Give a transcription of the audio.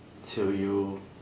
till you